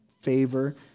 favor